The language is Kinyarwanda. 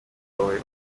wowe